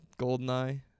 GoldenEye